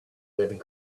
living